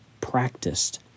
practiced